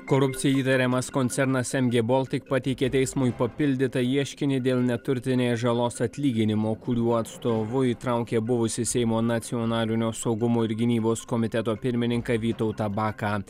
korupcija įtariamas koncernas mg baltic pateikė teismui papildytą ieškinį dėl neturtinės žalos atlyginimų kurių atstovu įtraukė buvusį seimo nacionalinio saugumo ir gynybos komiteto pirmininką vytautą baką